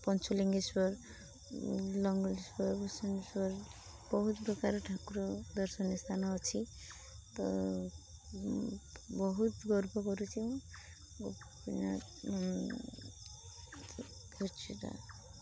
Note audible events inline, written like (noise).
ପଞ୍ଚଲିଙ୍ଗେଶ୍ୱର ଲଙ୍ଗଳେଶ୍ଵର (unintelligible) ବହୁତ ପ୍ରକାର ଠାକୁର ଦର୍ଶନୀୟ ସ୍ଥାନ ଅଛି ତ ବହୁତ ଗର୍ବ କରୁଛି ମୁଁ ଖୁଚୁରା